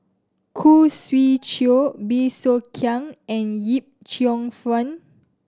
Khoo Swee Chiow Bey Soo Khiang and Yip Cheong Fun